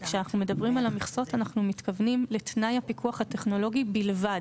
שכשאנחנו מדברים על המכסות אנחנו מתכוונים לתנאי הפיקוח הטכנולוגי בלבד.